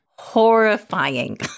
Horrifying